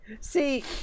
See